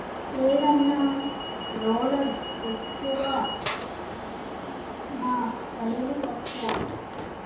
లేదన్నా, రోలర్ ఎక్కువ నా కయిలు తక్కువ